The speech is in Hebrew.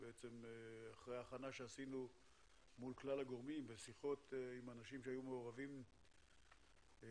אחרי הכנה שעשינו מול כלל הגורמים ושיחות עם אנשים שהיו מעורבים בחוק,